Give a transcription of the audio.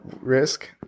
risk